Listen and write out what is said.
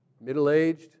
middle-aged